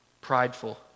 prideful